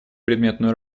предметную